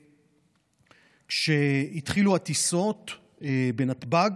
כשהתחילו הטיסות בנתב"ג